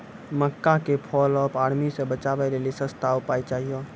मक्का के fall of army से बचाबै लेली सस्ता उपाय चाहिए?